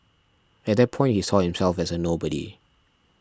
at that point he saw himself as a nobody